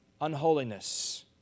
unholiness